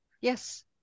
Yes